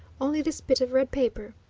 only this bit of red paper.